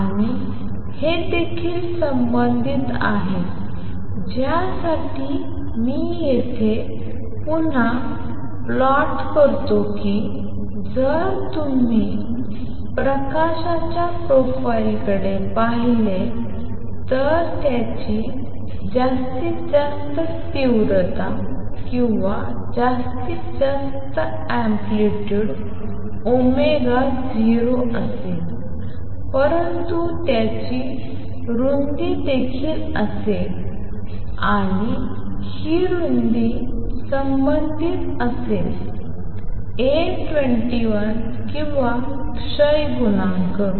आणि हे देखील संबंधित आहे ज्यासाठी मी येथे पुन्हा प्लॉट करतो की जर तुम्ही प्रकाशाच्या प्रोफाइलकडे पाहिले तर त्याची जास्तीत जास्त तीव्रता किंवा जास्तीत जास्त मोठेपणा ओमेगा 0 असेल परंतु त्याची रुंदी देखील असेल आणि ही रुंदी संबंधित असेल A21 किंवा क्षय गुणांक